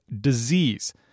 disease